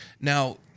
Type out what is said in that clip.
Now